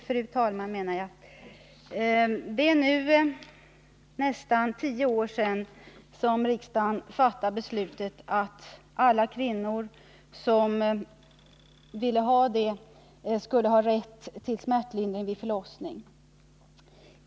Fru talman! Det är nu nästan tio år sedan som riksdagen fattade beslutet att alla kvinnor som ville ha det skulle ha rätt till smärtlindring vid förlossning.